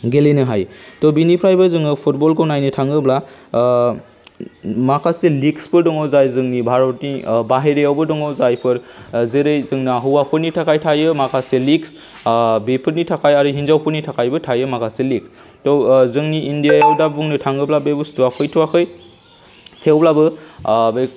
गेलेनो हायो त' बिनिफ्रायबो जोङो फुटबलखौ नायनो थाङोब्ला माखासे लिग्सफोर दङ जाय जोंनि भारतनि बाहेरायावबो दङ जायफोर जेरै जोंना हौवाफोरनि थाखाय थायो माखासे लिग्स बेफोरनि थाखाय आरो हिनजावफोरनि थाखायबो थायो माखासे लिग त' जोंनि इण्डियाआव दा बुंनो थाङोब्ला बे बुस्तुआ फैथ'वाखै थेवब्लाबो बे